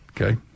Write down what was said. Okay